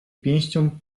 pięścią